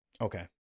Okay